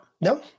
No